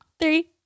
Three